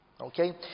Okay